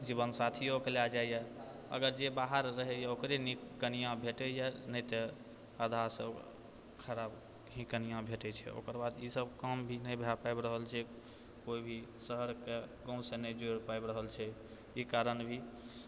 जीवन साथियौके लए जाइए अगर जे बाहर रहैय ओकरे नीक कनिआँ भेटैयै नहि तऽ आधासँ खराब ही कनिआँ भेटै छै ओकर बाद ई सब कम भी नहि भए पाबि रहल छै कोइ भी शहरके गाँवसँ नहि जोड़ि पाबि रहल छै ई कारण भी